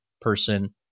person